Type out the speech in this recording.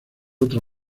otra